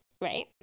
right